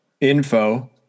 info